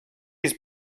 has